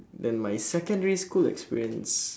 then my secondary school experience